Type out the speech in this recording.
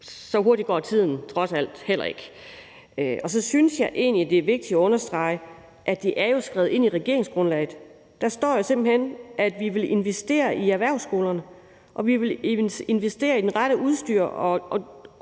Så hurtigt går tiden trods alt heller ikke. Og så synes jeg egentlig, at det er vigtigt at understrege, at det jo er skrevet ind i regeringsgrundlaget. Der står simpelt hen, at vi vil investere i erhvervsskolerne, og at vi vil investere i det rette udstyr.